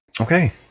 Okay